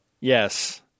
Yes